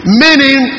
meaning